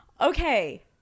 Okay